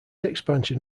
expansion